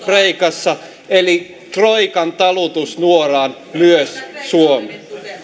kreikassa eli troikan talutusnuoraan myös suomi